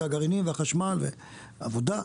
זה הגרעינים והחשמל, ועבודה.